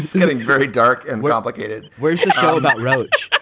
getting very dark and we're obligated. where's you know but roach?